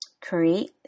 create